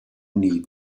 need